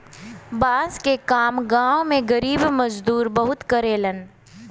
बांस के काम गांव में गरीब मजदूर बहुते करेलन